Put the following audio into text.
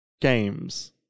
games